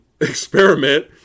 experiment